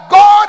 God